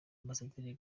ambasaderi